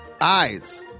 eyes